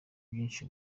byinshi